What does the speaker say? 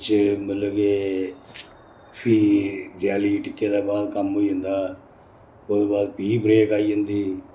बिच मतलब के फ्ही देयाली गी टिक्के दे बाद कम्म होई जंदा हा ओह्दे बाद फ्ही ब्रेक आई जंदी ही